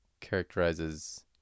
characterizes